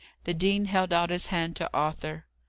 the dean held out his hand to arthur.